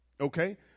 Okay